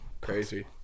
Crazy